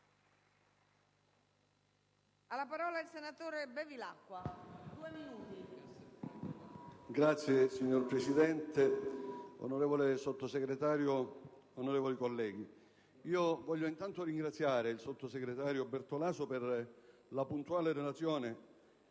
a parlare il senatore Bevilacqua.